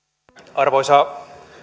arvoisa